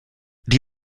die